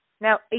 Now